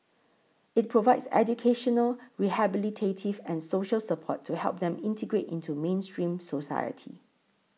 it provides educational rehabilitative and social support to help them integrate into mainstream society